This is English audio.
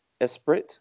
Esprit